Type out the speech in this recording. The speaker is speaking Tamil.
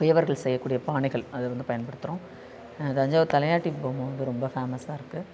குயவர்கள் செய்யக்கூடிய பானைகள் அது வந்து பயன்படுத்துகிறோம் தஞ்சாவூர் தலையாட்டி பொம்மை வந்து ரொம்ப ஃபேமஸ்ஸாக இருக்குது